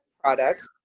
product